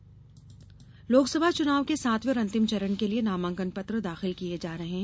नामांकन दाखिल लोकसभा चुनाव के सातवें और अंतिम चरण के लिये नामांकन पत्र दाखिल किये जा रहे हैं